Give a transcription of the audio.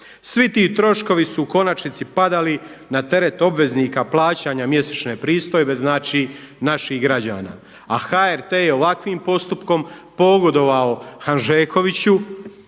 Svi ti troškovi su u konačnici padali na teret obveznika plaćanja mjesečne pristojbe, znači naših građana. A HRT je ovakvim postupkom pogodovao Hanžekoviću,